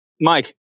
Mike